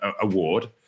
Award